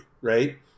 right